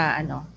ano